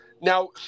Now